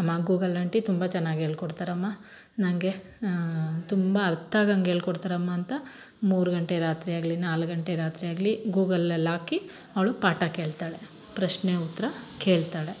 ಅಮ್ಮ Google aunty ತುಂಬ ಚೆನ್ನಾಗಿ ಹೇಳ್ಕೊಡ್ತಾರಮ್ಮ ನನಗೆ ತುಂಬ ಅರ್ಥಾಗಂಗ್ ಹೇಳ್ಕೊಡ್ತಾರಮ್ಮ ಅಂತ ಮೂರು ಗಂಟೆ ರಾತ್ರಿ ಆಗಲಿ ನಾಲ್ಕು ಗಂಟೆ ರಾತ್ರಿ ಆಗಲಿ ಗೂಗಲಲ್ಲಿ ಹಾಕಿ ಅವಳು ಪಾಠ ಕೇಳ್ತಾಳೆ ಪ್ರಶ್ನೆ ಉತ್ತರ ಕೇಳ್ತಾಳೆ